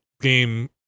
game